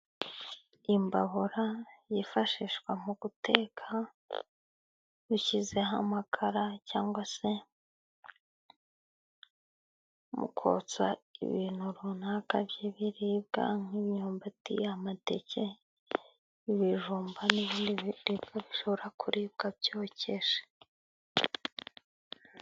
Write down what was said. Imbabura yifashishwa mu guteka ushyizeho amakara, cyangwa se mu kotsa ibintu runaka by'ibiribwa nk'imyumbati ,amateke ,ibijumba n'ibindi biribwa bishobora kuribwa byokeje.